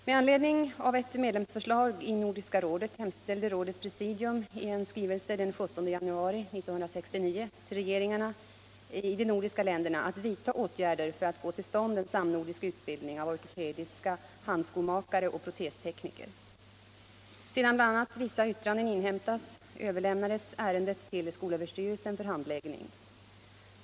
Med anledning av ett medlemsförslag i Nordiska rådet hemställde rådets presidium i en skrivelse den 17 januari 1969 till regeringarna i de nordiska länderna att vidta åtgärder för att få till stånd en samnordisk utbildning av ortopediska handskomakare och protestekniker. Sedan bl.a. vissa yttranden inhämtats överlämnades ärendet till skolöverstyrelsen för handläggning.